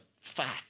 fact